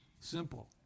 simple